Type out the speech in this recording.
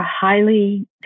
highly